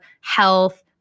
health